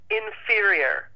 inferior